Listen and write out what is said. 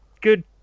good